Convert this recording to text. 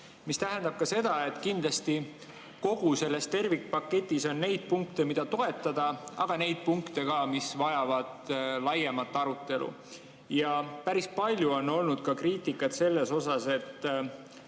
mis tähendab seda, et kindlasti kogu selles tervikpaketis on neid punkte, mida toetada, aga ka neid punkte, mis vajavad laiemat arutelu. Päris palju on olnud kriitikat selles osas, et